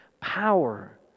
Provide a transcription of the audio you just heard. power